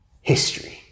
history